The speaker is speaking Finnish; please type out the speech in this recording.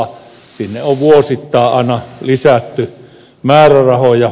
sinne on vuosittain aina lisätty määrärahoja